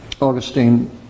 Augustine